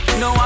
no